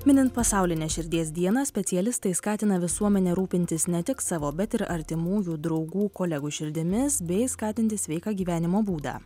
minint pasaulinę širdies dieną specialistai skatina visuomenę rūpintis ne tik savo bet ir artimųjų draugų kolegų širdimis bei skatinti sveiką gyvenimo būdą